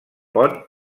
pont